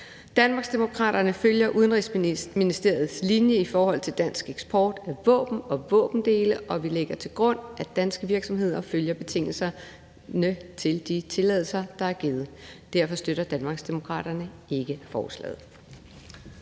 Danmarksdemokraterne følger Udenrigsministeriets linje i forhold til dansk eksport af våben og våbendele, og vi lægger til grund, at danske virksomheder følger betingelserne til de tilladelser, der er givet. Derfor støtter Danmarksdemokraterne ikke forslaget.